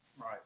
right